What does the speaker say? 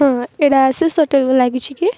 ହଁ ଏଇଟା ଆଶିଷ ହୋଟେଲ୍କୁ ଲାଗିଛି କି